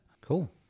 Cool